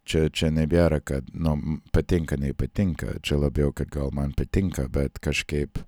čia čia nebėra kad nu patinka nepatinka čia labiau gal man patinka bet kažkaip